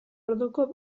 orduko